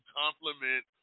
compliment